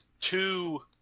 two